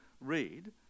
read